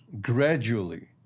gradually